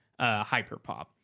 hyperpop